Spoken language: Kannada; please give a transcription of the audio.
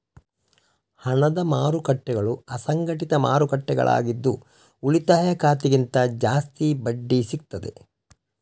ಹಣದ ಮಾರುಕಟ್ಟೆಗಳು ಅಸಂಘಟಿತ ಮಾರುಕಟ್ಟೆಗಳಾಗಿದ್ದು ಉಳಿತಾಯ ಖಾತೆಗಿಂತ ಜಾಸ್ತಿ ಬಡ್ಡಿ ಸಿಗ್ತದೆ